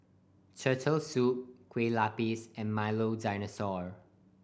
Turtle Soup Kueh Lapis and Milo Dinosaur